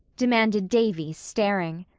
demanded davy staring.